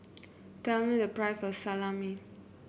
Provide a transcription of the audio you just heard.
tell me the price of Salami